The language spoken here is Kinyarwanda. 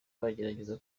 bagerageza